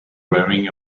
wearing